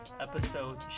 episode